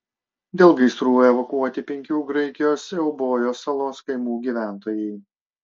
dėl gaisrų evakuoti penkių graikijos eubojos salos kaimų gyventojai